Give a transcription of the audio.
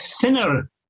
thinner